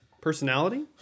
personality